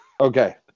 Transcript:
Okay